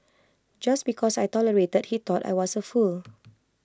just because I tolerated he thought I was A fool